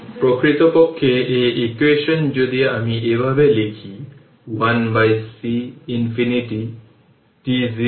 প্রকৃতপক্ষে এই ইকুয়েশন যদি আমি এভাবে লিখি 1c ইনফিনিটি tot0